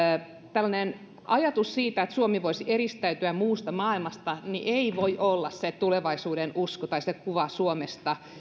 tällainen ajatus siitä että suomi voisi eristäytyä muusta maailmasta ei voi olla se tulevaisuudenusko tai se kuva suomesta